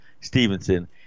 Stevenson